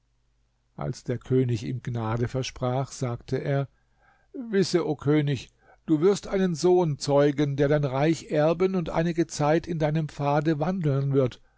als der könig ihm gnade versprach sagte er wisse o könig du wirst einen sohn zeugen der dein reich erben und einige zeit in deinem pfade wandeln wird